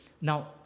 Now